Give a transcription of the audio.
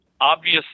obvious